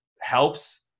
helps